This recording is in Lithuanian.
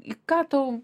į ką tau